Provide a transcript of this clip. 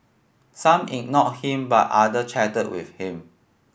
some ignored him but other chatted with him